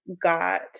got